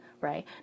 right